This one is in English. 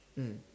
mm